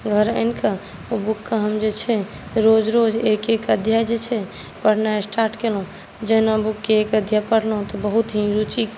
घर आनिके ओहि बुककेँ हम जे छै रोज रोज एक एक अध्याय जे छै पढ़नाइ स्टार्ट केलहुँ जहिना बुकके एक अध्याय पढ़लहुँ तऽ बहुत ही रुचि